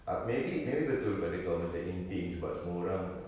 ah maybe maybe betul pada kau macam in thing sebab semua orang